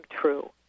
true